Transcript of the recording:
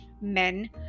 Men